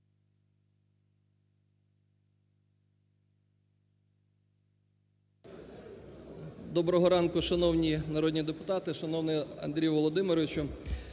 Доброго ранку, шановні народні депутати, шановний Андрію Володимировичу.